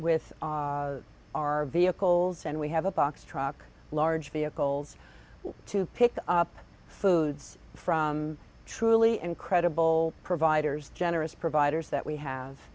with our vehicles and we have a box truck large vehicles to pick up foods from truly incredible providers generous providers that we have